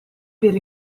per